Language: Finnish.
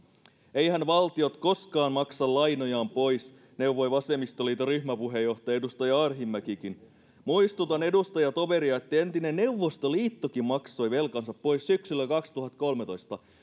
eiväthän valtiot koskaan maksa lainojaan pois neuvoi vasemmistoliiton ryhmäpuheenjohtaja edustaja arhinmäkikin muistutan edustajatoveria että entinen neuvostoliittokin maksoi velkansa pois syksyllä kaksituhattakolmetoista